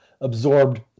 absorbed